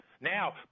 Now